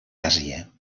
àsia